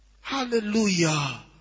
Hallelujah